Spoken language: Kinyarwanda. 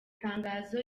tangazo